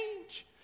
change